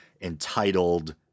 entitled